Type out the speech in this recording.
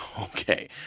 Okay